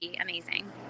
amazing